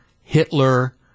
Hitler